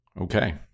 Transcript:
Okay